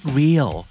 real